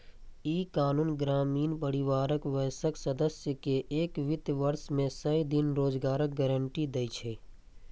ई कानून ग्रामीण परिवारक वयस्क सदस्य कें एक वित्त वर्ष मे सय दिन रोजगारक गारंटी दै छै